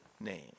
name